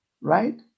right